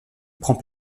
prend